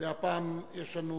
והפעם יש לנו